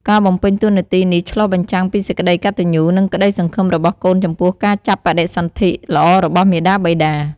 ការបំពេញតួនាទីនេះឆ្លុះបញ្ចាំងពីសេចក្តីកតញ្ញូ និងក្តីសង្ឃឹមរបស់កូនចំពោះការចាប់បដិសន្ធិល្អរបស់មាតាបិតា។